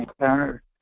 encounter